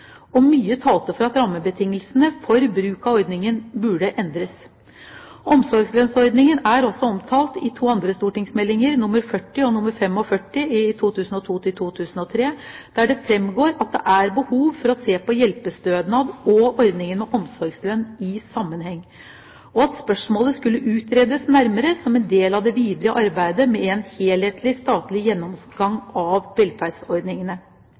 og mye talte for at rammebetingelsene for bruk av ordningen burde endres. Omsorgslønnsordningen er også omtalt i to stortingsmeldinger, St.meld. nr. 40 og nr. 45 for 2002–2003. Der fremgår det at det er behov for å se på hjelpestønaden og ordningen med omsorgslønn i sammenheng, og at spørsmålet skulle utredes nærmere som en del av det videre arbeidet med en helhetlig statlig gjennomgang av